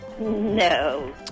No